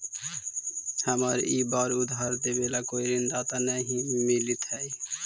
हमारा ई बार उधार देवे ला कोई ऋणदाता नहीं मिलित हाई